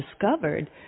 discovered